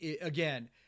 again